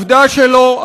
עובדה שלא, עובדה שלא.